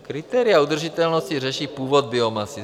Kritéria udržitelnosti řeší původ biomasy.